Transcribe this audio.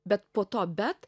bet po to bet